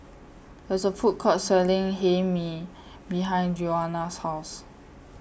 here IS A Food Court Selling Hae Mee behind Joana's House